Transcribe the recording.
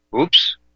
Oops